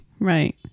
Right